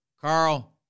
Carl